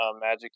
Magic